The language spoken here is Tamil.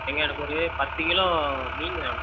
எங்களுக்கு ஒரு பத்து கிலோ மீன் வேணும்